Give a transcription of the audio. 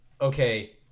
okay